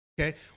Okay